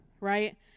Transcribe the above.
right